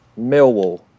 Millwall